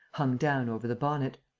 hung down over the bonnet.